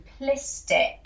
simplistic